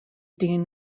dean